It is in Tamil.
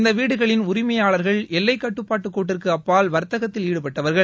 இந்த வீடுகளின் உரிமையாளர்கள் எல்லைக்கட்டுப்பாடு கோட்டிற்கு அப்பால் வர்த்தகத்தில் ஈடுபட்டவர்கள்